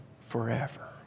forever